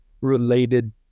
related